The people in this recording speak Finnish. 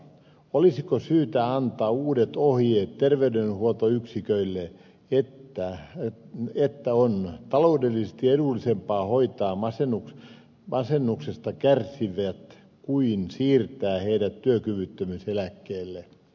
olisiko syytä antaa uudet ohjeet terveydenhuoltoyksiköille että on taloudellisesti edullisempaa hoitaa masennuksesta kärsivät kuin siirtää heidät työkyvyttömyyseläkkeelle